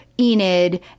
Enid